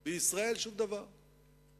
בישראל, שום דבר.